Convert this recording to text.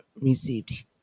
received